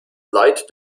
leid